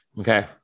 Okay